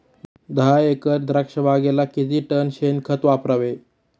दहा एकर द्राक्षबागेला किती टन शेणखत वापरावे?